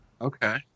Okay